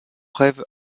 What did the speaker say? rêve